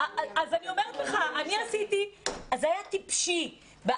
זה היה טיפשי,